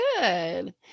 good